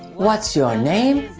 what's your name?